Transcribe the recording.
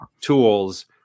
tools